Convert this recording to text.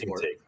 take